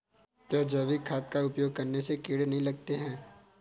क्या जैविक खाद का उपयोग करने से कीड़े नहीं लगते हैं?